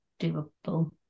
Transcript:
doable